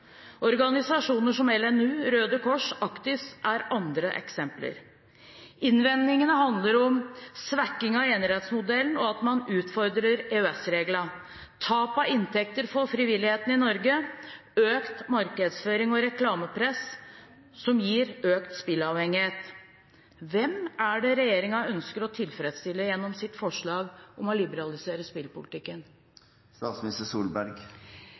Organisasjoner som LNU, Røde Kors og Actis er andre eksempler. Innvendingene handler om svekking av enerettsmodellen, at man utfordrer EØS-reglene, tap av inntekter for frivilligheten i Norge, økt markedsføring og reklamepress, som gir økt spilleavhengighet. Hvem er det regjeringen ønsker å tilfredsstille gjennom sitt forslag om å liberalisere